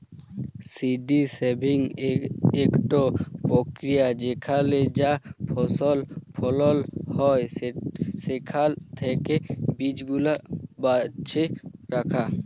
seed saving ইকট পক্রিয়া যেখালে যা ফসল ফলল হ্যয় সেখাল থ্যাকে বীজগুলা বাছে রাখা